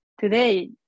today